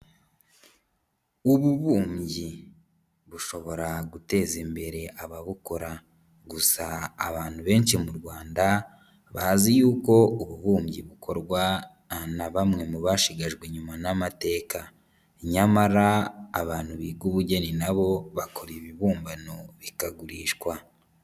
Ububumbyi bushobora guteza imbere ababukora, gusa abantu benshi mu rwanda bazi yuko ububumbyi bukorwa na bamwe mu bashigajwe inyuma n'amateka, nyamara abantu biga ubugeni nabo bakora ibibumbano bikagurishwa.